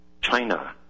China